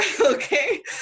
okay